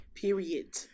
Period